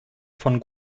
von